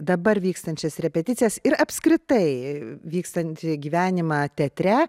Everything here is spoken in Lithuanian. dabar vykstančias repeticijas ir apskritai vykstantį gyvenimą teatre